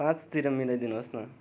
पाचँतिर मिलाइ दिनुहोस् न